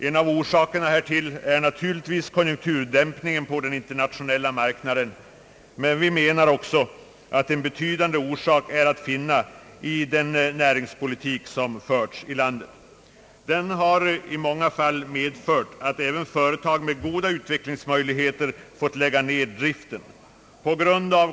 En av orsakerna härtill är naturligtvis konjunkturdämpningen på den internationella marknaden, men vi menar också att en betydande orsak är att finna i den näringspolitik som förts i landet. Den har i många fall medfört att även företag med goda utvecklingsmöjligheter fått lägga ned driften.